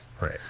right